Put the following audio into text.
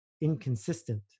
inconsistent